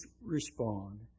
respond